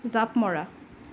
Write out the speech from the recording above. জাপ মৰা